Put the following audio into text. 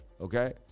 Okay